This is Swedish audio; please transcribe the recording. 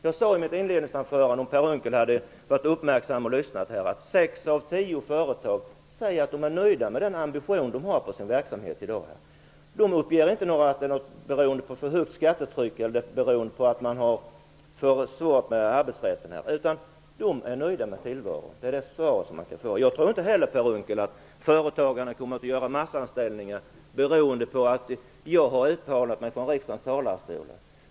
Jag sade i mitt inledningsanförande, om Per Unckel hade lyssnat uppmärksamt, att sex av tio företagare säger att de är nöjda med den ambition som de har på sin verksamhet. De upp klagar inte på att det är för högt skattetryck eller på att man har svårt med arbetsrätten. De är nöjda med tillvaron. Det är det svar man kan få. Jag tror inte heller, Per Unckel, att företagarna kommer att göra massanställningar beroende på att jag har uttalat mig i riksdagens talarstol.